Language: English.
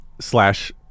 slash